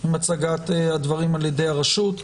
עם הצגת הדברים על ידי הרשות.